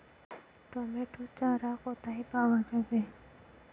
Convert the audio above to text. Tomato চারা কোথায় পাওয়া যাবে?